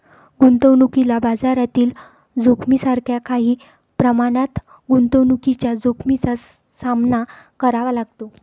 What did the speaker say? गुंतवणुकीला बाजारातील जोखमीसारख्या काही प्रमाणात गुंतवणुकीच्या जोखमीचा सामना करावा लागतो